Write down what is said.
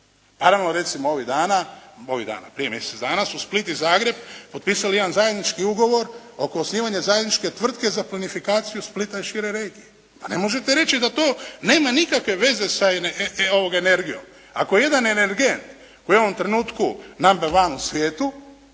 Naravno, recimo ovih dana, prije mjesec dana su Split i Zagreb potpisali jedan zajednički ugovor oko osnivanja zajedničke tvrtke za plinifikaciju Splita i šire regije. Pa ne možete reći da to nema nikakve veze sa energijom. Ako jedan energent koji je u ovom trenutku number 1 u svijetu